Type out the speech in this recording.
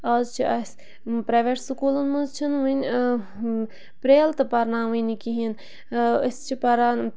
آز چھِ اَسہِ پرٛایویٹ سکوٗلَن منٛز چھِنہٕ وٕنہِ پرٛیل تہٕ پَرناوٕنۍ کِہیٖنۍ أسۍ چھِ پَران